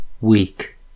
Weak